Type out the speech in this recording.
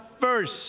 first